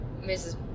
Mrs